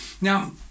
Now